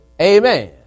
Amen